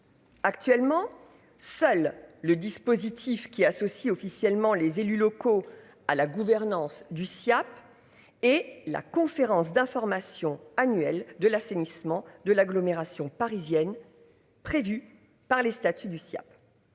Actuellement seul le dispositif qui associe officiellement les élus locaux à la gouvernance du Siaap et la conférence d'information annuelle de l'assainissement de l'agglomération parisienne prévue par les statuts du sien.